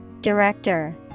Director